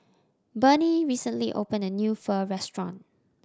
Bernie recently opened a new Pho restaurant